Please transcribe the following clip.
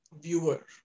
viewer